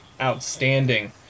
outstanding